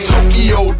Tokyo